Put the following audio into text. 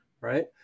right